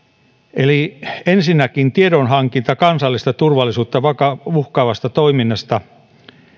ensinnäkin tiedonhankinta kansallista turvallisuutta uhkaavasta toiminnasta